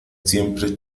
siempre